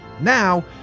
Now